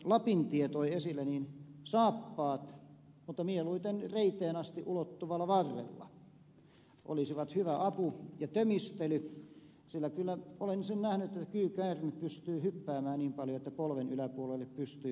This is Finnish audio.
lapintie toi esille niin saappaat mieluiten reiteen asti ulottuvalla varrella olisivat hyvä apu samoin kuin tömistely sillä kyllä olen sen nähnyt että kyykäärme pystyy hyppäämään niin paljon että polven yläpuolelle pystyy pistämään